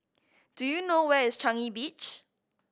do you know where is Changi Beach